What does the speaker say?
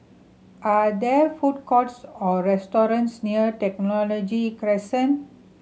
are there food courts or restaurants near Technology Crescent